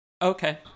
Okay